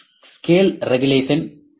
scale regulation 0